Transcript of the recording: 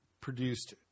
produced